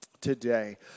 today